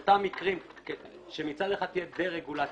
מצד אחד תהיה דה-רגולציה,